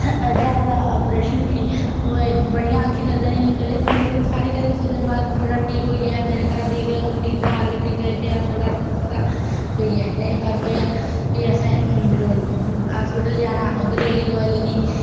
ज्हार दे आपरेशन बी होए बड़ियां अक्खी दर्द ही मेरे मतलब साढ़े घर दे सोचदे मत थोह्ड़ा ठीक होई जाए मेरे घरा दे इयै सोचदे कि घर के ठीक होई जाए ते अस थोह्ड़ा सस्ता पेई जाए नेई फर्क होएया फ्ही असें आस्पिटल जाना उद्धर जाइयै दवाई लेनी